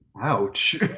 Ouch